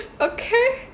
okay